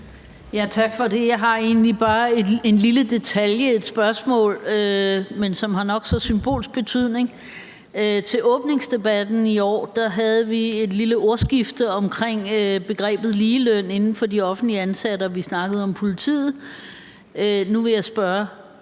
Tak for det. Jeg har egentlig bare et spørgsmål om en lille detalje, men som har nok så meget symbolsk betydning. Til åbningsdebatten i år havde vi et lille ordskifte omkring begrebet ligeløn for de offentligt ansatte, og vi snakkede om politiet. Nu vil jeg spørge